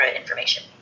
information